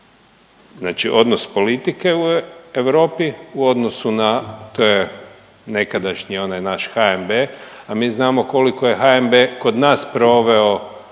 znači odnos politike u Europi u odnosu na te nekadašnji onaj naš HNB, a mi znamo koliko je HNB kod nas proveo